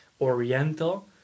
oriental